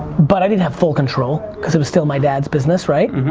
but i didn't have full control, because it was still my dad's business right.